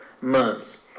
months